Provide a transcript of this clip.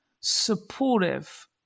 supportive